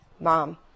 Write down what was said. mom